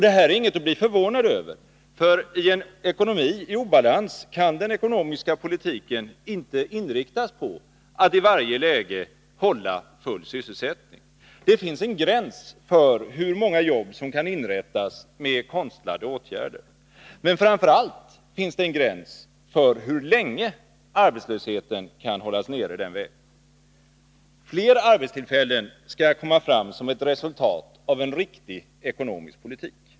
Detta är inget att bli förvånad över, för i en ekonomi i obalans kan den ekonomiska politiken inte inriktas på att i varje läge hålla full sysselsättning. Det finns en gräns för hur många jobb som kan inrättas med konstlade åtgärder. Men framför allt finns det en gräns för hur länge arbetslösheten kan hållas nere den vägen. Fler arbetstillfällen skall komma fram som ett resultat av en riktig ekonomisk politik.